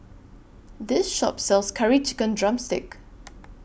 This Shop sells Curry Chicken Drumstick